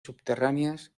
subterráneas